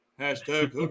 Hashtag